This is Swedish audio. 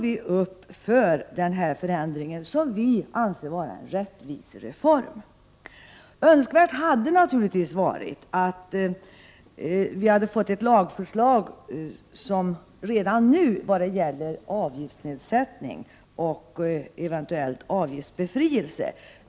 Vi stöder denna förändring som vi anser vara en rättvisereform. Det hade naturligtvis varit önskvärt att vi redan nu fått ett lagförslag som innefattat individuell prövning av avgiften och eventuell befrielse från avgift.